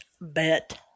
bet